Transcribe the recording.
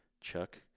Chuck